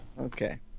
Okay